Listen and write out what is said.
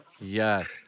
Yes